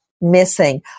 missing